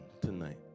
tonight